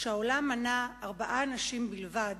כשהעולם מנה ארבעה אנשים בלבד